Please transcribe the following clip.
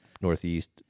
northeast